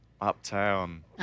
Uptown